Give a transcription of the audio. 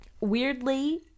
weirdly